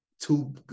Two